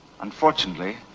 Unfortunately